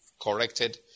corrected